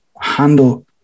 handle